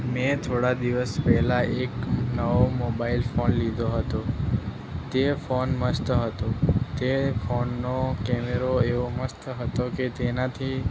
મેં થોડા દિવસ પહેલાં એક નવો મોબાઇલ ફોન લીધો હતો તે ફોન મસ્ત હતો તે ફોનનો કેમેરો એવો મસ્ત હતો કે તેનાથી